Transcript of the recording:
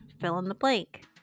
fill-in-the-blank